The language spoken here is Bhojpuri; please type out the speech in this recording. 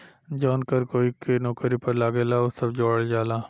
जवन कर कोई के नौकरी पर लागेला उ सब जोड़ल जाला